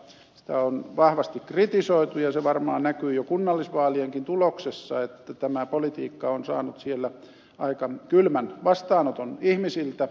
sitä on vahvasti kritisoitu ja se varmaan näkyy jo kunnallisvaalienkin tuloksessa että tämä politiikka on saanut siellä aika kylmän vastaanoton ihmisiltä